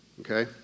okay